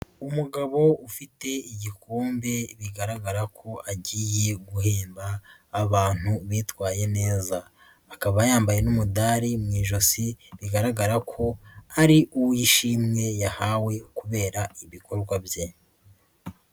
Umugabo ufite igikombe bigaragara ko agiye guhemba abantu bitwaye neza akaba yambaye n'umudari mu ijosi bigaragara ko ari uw'ishimwe yahawe kubera ibikorwa bye.